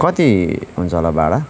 कति हुन्छ होला भाडा